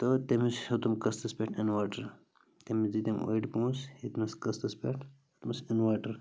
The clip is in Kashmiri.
تہٕ تٔمِس ہیوٚتُم قٕسطس پٮ۪ٹھ اِنوٲٹَر تٔمِس دِتِم أڑۍ پونٛسہٕ ہیٚتمَس قٕسطس پٮ۪ٹھ تُلمَس اِنوٲٹَر